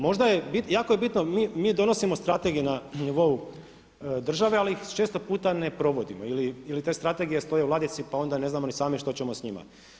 Možda je, jako je bitno mi donosimo strategije na nivou države, ali ih često puta ne provodimo ili te strategije stoje u ladici pa onda ne znamo ni sami što ćemo s njima.